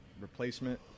replacement